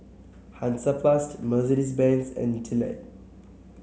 Hansaplast Mercedes Benz and Gillette